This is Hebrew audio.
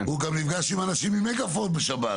הוא גם נפגש עם אנשים עם מגה פון בשבת.